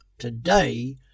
Today